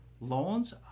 Loans